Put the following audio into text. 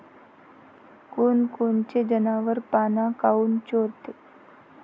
कोनकोनचे जनावरं पाना काऊन चोरते?